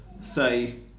say